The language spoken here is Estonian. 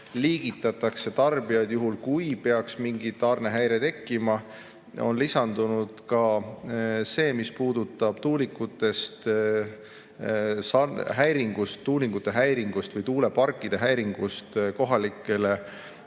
liigitatakse tarbijaid, juhul kui peaks mingi tarnehäire tekkima, on lisandunud see, mis puudutab tuulikute häiringust või tuuleparkide häiringust kohalikele